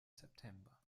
september